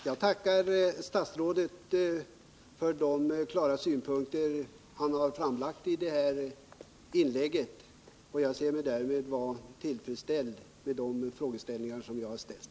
Herr talman! Jag tackar statsrådet för de klargörande synpunkter som han framlade i sitt senaste inlägg. Därmed anser jag att jag fått tillfredsställande svar på mina frågor.